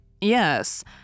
Yes